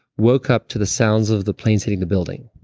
woke up to the sounds of the planes hitting the building,